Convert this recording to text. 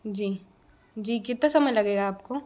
जी जी कितना समय लगेगा आपको